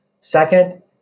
Second